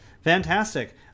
fantastic